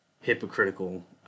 hypocritical